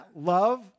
love